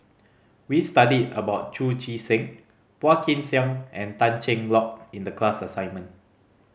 we studied about Chu Chee Seng Phua Kin Siang and Tan Cheng Lock in the class assignment